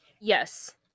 Yes